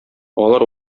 алар